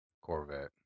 Corvette